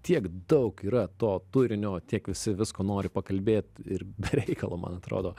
tiek daug yra to turinio tiek visi visko nori pakalbėt ir be reikalo man atrodo